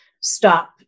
stop